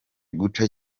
guca